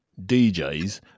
DJs